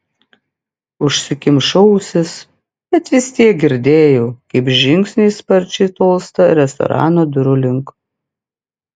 užsikimšau ausis bet vis tiek girdėjau kaip žingsniai sparčiai tolsta restorano durų link